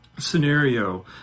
scenario